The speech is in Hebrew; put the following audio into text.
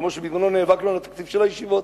כמו שבזמנו נאבקנו על התקציב של הישיבות,